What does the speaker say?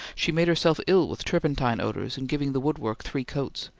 she made herself ill with turpentine odours in giving the woodwork three coats,